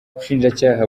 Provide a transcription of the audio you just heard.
ubushinjacyaha